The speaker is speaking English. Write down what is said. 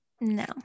No